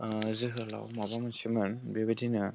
जोहोलाव माबा मोनसे मोन बेबायदिनो